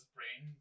Brain